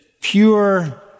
pure